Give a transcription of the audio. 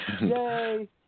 Yay